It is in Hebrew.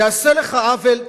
ייעשה לך עוול,